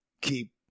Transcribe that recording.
Keep